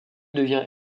devient